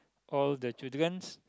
all the children